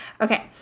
Okay